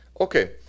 okay